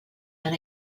han